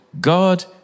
God